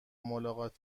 ملاقات